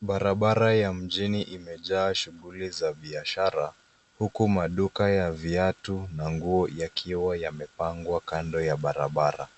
Barabara ya mjini imejaa shughuli za biashara, huku maduka ya viatu na nguo yakiwa yamepangwa kando ya barabara.